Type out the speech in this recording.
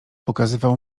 pokazywał